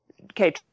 okay